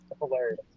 Hilarious